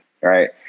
right